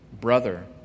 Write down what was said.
brother